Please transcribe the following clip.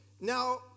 Now